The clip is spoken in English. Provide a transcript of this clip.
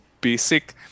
basic